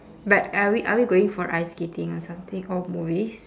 but are we are we going for ice skating or something or movies